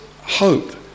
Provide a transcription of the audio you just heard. hope